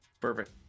Perfect